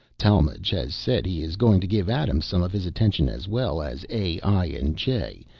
talmage has said he is going to give adam some of his attentions, as well as a, i. and j.